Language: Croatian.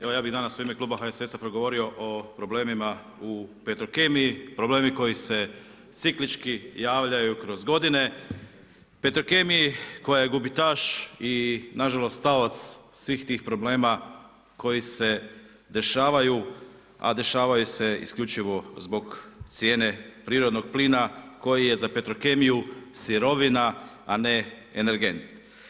Evo ja bih danas u ime kluba HSS-a progovorio o problemima u Petrokemiji, problemi koji se ciklički javljaju kroz godine, Petrokemiji koja je gubitaš i nažalost taoc svih tih problema koji se dešavaju a dešavaju se isključivo zbog cijene prirodnog plina koji je za Petrokemiju sirovina a ne energent.